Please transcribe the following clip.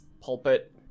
pulpit